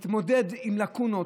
שצריך להתמודד עם לקונות,